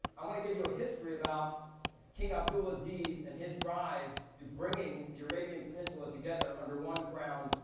i wanna give you a history about king abdulaziz, and his rise to bringing the arabian peninsula together under one crown,